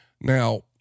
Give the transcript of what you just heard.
Now